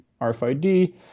RFID